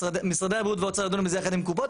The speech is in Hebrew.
משרדי הבריאות והאוצר ידונו בזה יחד עם הקופות.